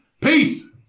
Peace